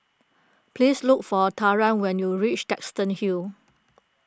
please look for Talan when you reach Duxton Hill